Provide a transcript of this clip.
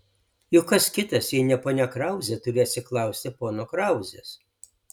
juk kas kitas jei ne ponia krauzė turi atsiklausti pono krauzės